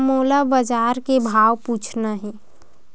मोला बजार के भाव पूछना हे?